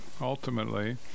ultimately